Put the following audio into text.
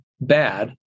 bad